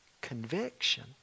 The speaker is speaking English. conviction